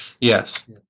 Yes